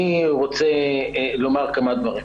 אני רוצה לומר כמה דברים.